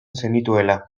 zenituela